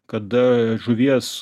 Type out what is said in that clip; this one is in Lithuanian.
kada žuvies